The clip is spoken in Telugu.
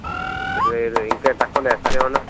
ఇరవై ఐదు ఇంకేం తక్కువ లేదా సార్ ఏమన్న